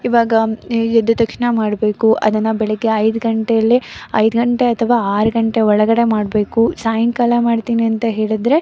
ಈವಾಗ ಎದ್ದ ತಕ್ಷಣ ಮಾಡಬೇಕು ಅದನ್ನು ಬೆಳಗ್ಗೆ ಐದು ಗಂಟೆಯಲ್ಲೇ ಐದು ಗಂಟೆ ಅಥವಾ ಆರು ಗಂಟೆ ಒಳಗಡೆ ಮಾಡಬೇಕು ಸಾಯಂಕಾಲ ಮಾಡ್ತೀನಿ ಅಂತ ಹೇಳಿದರೆ